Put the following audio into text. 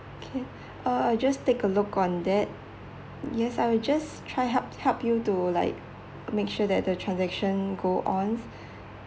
okay uh I just take a look on that yes I will just try help help you to like make sure that the transaction go on